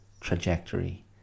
trajectory